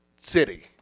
city